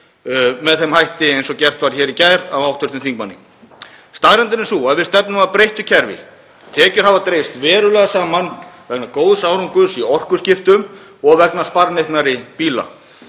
með þeim hætti sem gert var hér í gær af hv. þingmanni. Staðreyndin er sú að við stefnum að breyttu kerfi. Tekjur hafa dregist verulega saman vegna góðs árangurs í orkuskiptum og vegna sparneytnari bíla.